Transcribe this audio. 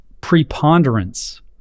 preponderance